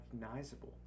recognizable